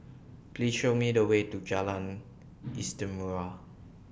Please Show Me The Way to Jalan Istimewa